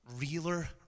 realer